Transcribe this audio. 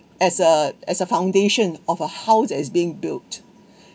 as a as a foundation of a house as being built